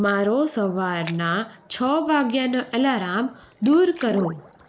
મારો સવારના છ વાગ્યાનો એલારામ દૂર કરો